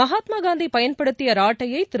மகாத்மாகாந்திபயன்படுத்தியராட்டையைதிரு